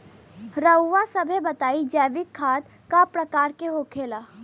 रउआ सभे बताई जैविक खाद क प्रकार के होखेला?